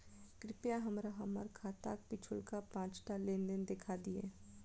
कृपया हमरा हम्मर खाताक पिछुलका पाँचटा लेन देन देखा दियऽ